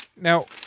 Now